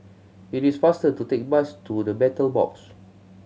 it is faster to take the bus to The Battle Box